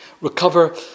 Recover